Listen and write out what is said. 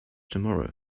tomorrow